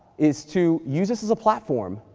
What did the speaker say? is to use this as a platform,